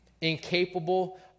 incapable